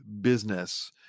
business